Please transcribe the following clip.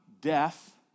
death